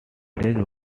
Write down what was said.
village